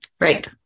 right